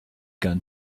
gunn